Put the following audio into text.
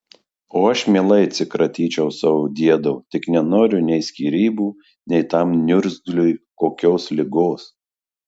o aš mielai atsikratyčiau savo diedo tik nenoriu nei skyrybų nei tam niurgzliui kokios ligos